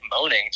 moaning